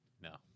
No